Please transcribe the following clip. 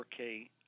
4K